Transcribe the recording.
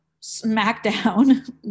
SmackDown